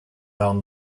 down